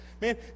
Man